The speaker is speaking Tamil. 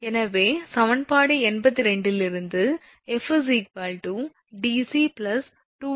எனவே சமன்பாடு 82 இலிருந்து 𝐹𝑑𝑐2𝑡1100×𝑝 𝐾𝑔𝑚